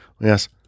Yes